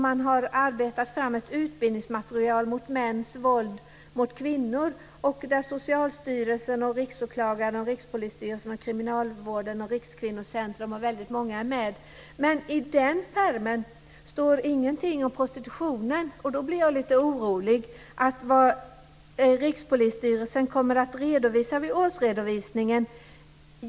Det har arbetats fram ett utbildningsmaterial om mäns våld mot kvinnor som har sammanställts av Socialstyrelsen, Riksåklagaren, Men i den pärmen står det ingenting om prostitution, och då blir jag lite orolig för vad Rikspolisstyrelsen kommer att redovisa vid årsredovisningen.